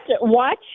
watch